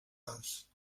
arts